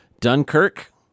Dunkirk